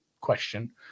question